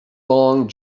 long